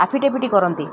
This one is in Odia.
ଆଫିଟେଭିଟ କରନ୍ତି